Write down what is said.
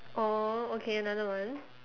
orh okay another one